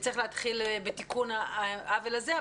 וצריך להתחיל בתיקון העוול הזה.